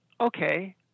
okay—